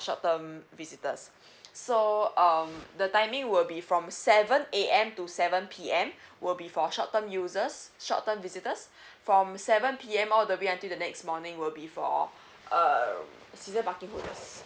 short term visitors so um the timing will be from seven A_M to seven P_M will be for short term users short term visitors from seven P_M all the way until the next morning will be for err season parking holders